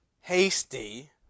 hasty